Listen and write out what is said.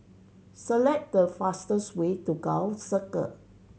select the fastest way to Gul Circle